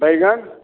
बैंगन